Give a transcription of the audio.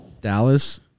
Dallas